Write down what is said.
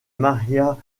maria